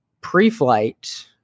pre-flight